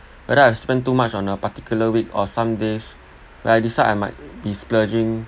whether I spend too much on a particular week or some days where I decide I might be splurging